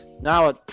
Now